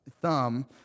thumb